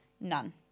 None